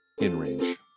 InRange